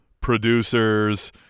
producers